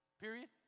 Period